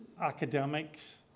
academics